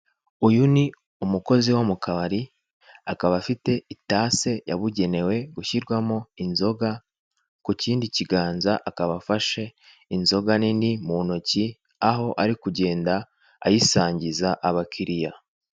Uyu ni umukozi wo mukabari akaba afite itase yabugenewe gushyirwamo inzoga ku kindi kiganza akaba afashe inzoga nini mu ntoki aho ari kugenda ayisangiza abakiriya.